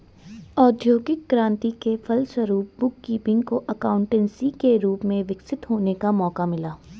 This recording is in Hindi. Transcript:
औद्योगिक क्रांति के फलस्वरूप बुक कीपिंग को एकाउंटेंसी के रूप में विकसित होने का मौका मिला